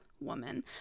woman